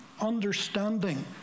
understanding